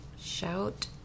Shout